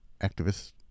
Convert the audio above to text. activists